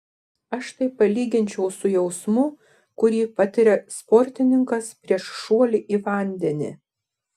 aš tai palyginčiau su jausmu kurį patiria sportininkas prieš šuolį į vandenį